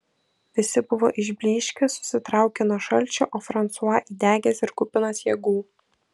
visi buvo išblyškę susitraukę nuo šalčio o fransua įdegęs ir kupinas jėgų